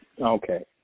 Okay